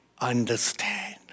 understand